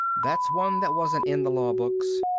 that's one that wasn't in the law books.